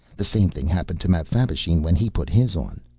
the same thing happened to mapfabvisheen when he put his on.